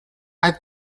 i’ve